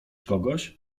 kogoś